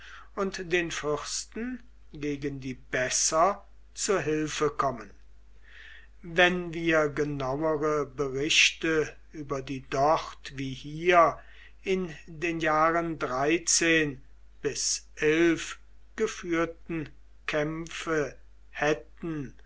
und den fürsten gegen die besser zu hilfe kommen wenn wir genauere berichte über die dort wie hier in den jahren bis elf geführten kämpfe hätten